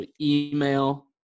email